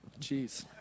Jeez